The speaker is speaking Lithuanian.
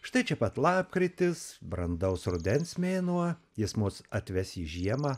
štai čia pat lapkritis brandaus rudens mėnuo jis mus atves į žiemą